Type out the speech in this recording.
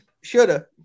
Shoulda